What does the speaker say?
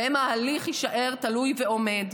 שבהם ההליך יישאר תלוי ועומד.